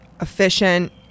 efficient